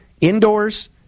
indoors